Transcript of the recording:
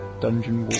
dungeon